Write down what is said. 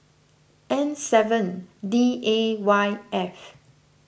N seven D A Y F